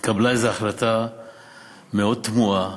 התקבלה איזו החלטה מאוד תמוהה,